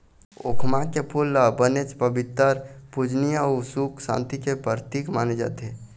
खोखमा के फूल ल बनेच पबित्तर, पूजनीय अउ सुख सांति के परतिक माने जाथे